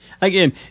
again